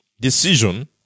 decision